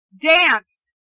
danced